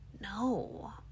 no